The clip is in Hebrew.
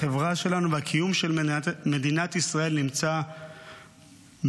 החברה שלנו והקיום של מדינת ישראל נמצאים בסכנה.